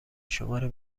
شماره